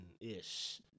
ish